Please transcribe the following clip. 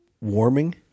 warming